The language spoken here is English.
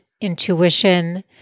intuition